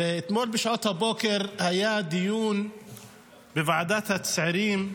אתמול בשעות הבוקר היה דיון בוועדת הצעירים,